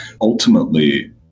Ultimately